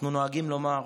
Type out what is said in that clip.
אנחנו נוהגים לומר: